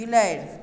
बिलाड़ि